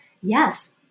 yes